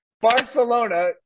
Barcelona